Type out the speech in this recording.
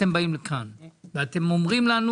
אתם באים לכאן ואתם אומרים לנו